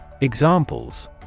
Examples